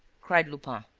cried lupin.